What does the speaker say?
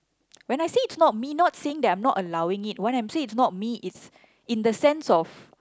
when I say it's not me not saying that I'm not allowing it when I'm say it's not me it's in the sense of